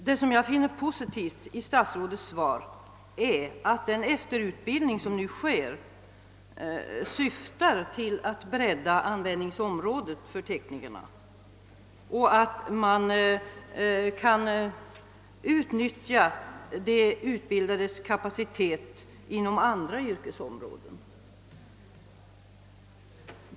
Vad jag finner positivt i statsrådets svar är upplysningen att den efterutbildning som nu pågår syftar till att bredda användningsområdet för teknikerna och till att de utbildades kapacitet därmed skall kunna utnyttjas inom andra yrkesområden.